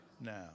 now